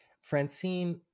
Francine